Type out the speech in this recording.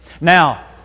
Now